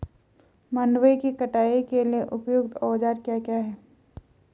मंडवे की कटाई के लिए उपयुक्त औज़ार क्या क्या हैं?